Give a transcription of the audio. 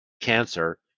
cancer